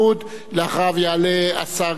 אחריו יעלה השר גדעון סער.